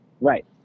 right